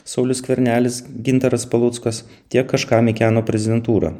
saulius skvernelis gintaras paluckas tiek kažką mekeno prezidentūra